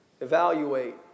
Evaluate